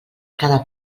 cada